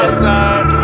side